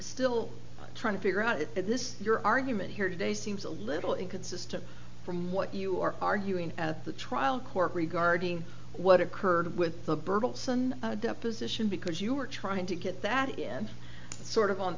still trying to figure out this your argument here today seems a little inconsistent from what you are arguing at the trial court regarding what occurred with the bertelsmann deposition because you are trying to get that sort of on